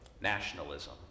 nationalism